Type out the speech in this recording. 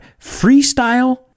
freestyle